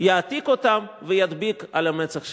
יעתיק אותם וידביק על המצח שלו.